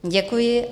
Děkuji.